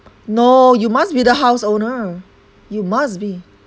no you must be the house owner you must be